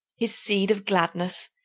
his seed of gladness,